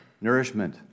nourishment